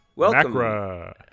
Welcome